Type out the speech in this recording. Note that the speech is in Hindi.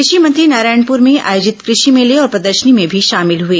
कृषि मंत्री नारायणपुर में आयोजित कृषि मेले और प्रदर्शनी में भी शामिल हुए